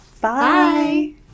Bye